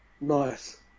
nice